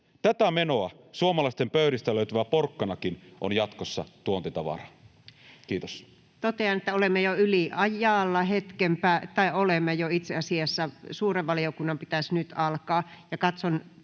Tätä menoa suomalaisten pöydistä löytyvä porkkanakin on jatkossa tuontitavaraa. — Kiitos. Totean, että olemme hetken päästä jo yliajalla — tai olemme jo itse asiassa. Suuren valiokunnan pitäisi nyt alkaa.